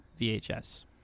vhs